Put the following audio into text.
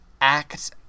act